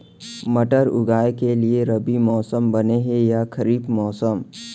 मटर उगाए के लिए रबि मौसम बने हे या खरीफ मौसम?